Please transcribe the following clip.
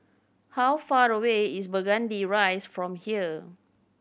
how far away is Burgundy Rise from here